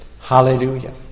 Hallelujah